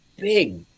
big